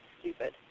stupid